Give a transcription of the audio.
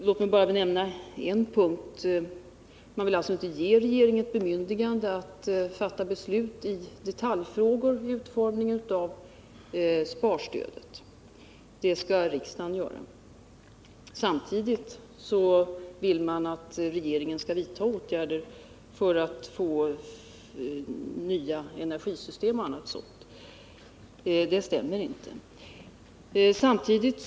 Låt mig nämna som ett exempel att man inte vill ge regeringen bemyndigande att fatta beslut i detaljfrågor vid utformningen av sparstödet, utan man anser att riksdagen skall göra detta. Men samtidigt vill man att regeringen skall vidta åtgärder för införande av nya energisystem och annat sådant. Det går inte ihop.